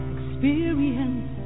Experience